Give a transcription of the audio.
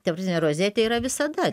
ta prasme rozetė yra visada